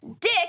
Dick